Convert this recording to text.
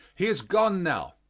he is gone now.